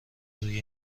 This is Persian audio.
روی